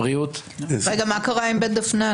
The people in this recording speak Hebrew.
רגע, מה קרה עם בית דפנה?